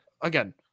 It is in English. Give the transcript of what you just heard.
again